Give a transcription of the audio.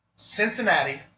Cincinnati